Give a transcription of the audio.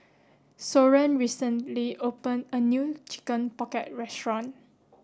Soren recently opened a new chicken pocket restaurant